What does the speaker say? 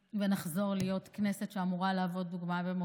נחזור להיות כנסת שאמורה להוות דוגמה ומופת.